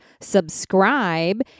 subscribe